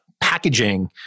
packaging